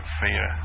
fear